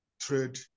trade